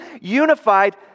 unified